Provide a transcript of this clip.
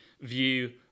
view